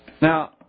Now